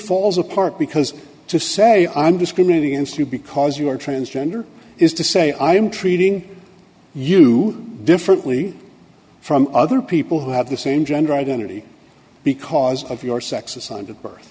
falls apart because to say i'm discriminating against you because you are transgender is to say i am treating you differently from other people who have the same gender identity because of your sex assigned at birth